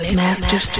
master